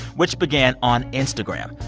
which began on instagram.